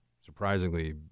surprisingly